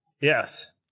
Yes